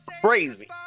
crazy